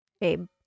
babe